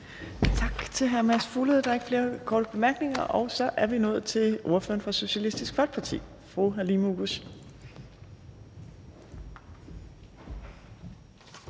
Tak til hr. Mads Fuglede. Der er ikke flere korte bemærkninger, og så er vi nået til ordføreren for Socialistisk Folkeparti, fru Halime Oguz.